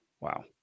Wow